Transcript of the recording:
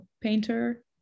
painter